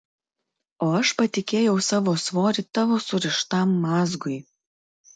o aš patikėjau savo svorį tavo surištam mazgui